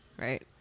Right